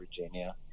Virginia